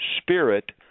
spirit